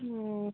হুম